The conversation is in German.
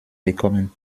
bekommen